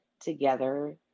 together